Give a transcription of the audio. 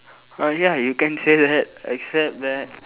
uh ya you can say that accept that